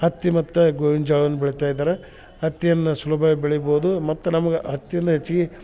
ಹತ್ತಿ ಮತ್ತು ಗೋವಿನ ಜ್ವಾಳವನ್ನ ಬೆಳಿತಾ ಇದ್ದಾರೆ ಹತ್ತಿಯನ್ನ ಸುಲಭವಾಗಿ ಬೆಳಿಬೋದು ಮತ್ತು ನಮಗೆ ಹತ್ತಿಯಿಂದ ಹೆಚ್ಚಿಗಿ